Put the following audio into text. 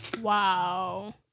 Wow